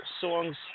songs